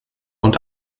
und